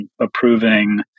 approving